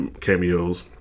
cameos